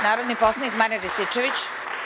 Narodni poslanik Marijan Rističević.